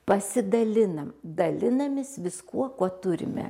pasidalinam dalinamės viskuo kuo turime